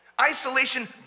Isolation